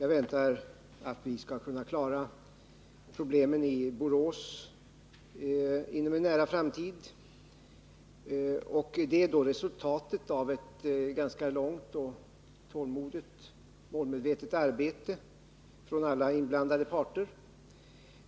Jag väntar mig att vi skall kunna klara problemen i Borås inom en nära framtid, och det kommer då att vara resultatet av ett ganska långt, tålmodigt och målmedvetet arbete från alla inblandade parter.